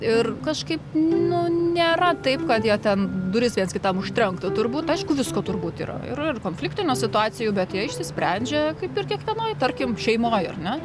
ir kažkaip nu nėra taip kad jie ten duris viens kitam užtrenktų turbūt aišku visko turbūt yra yra ir konfliktinių situacijų bet jie išsisprendžia kaip ir kiekvienoj tarkim šeimoj ar ne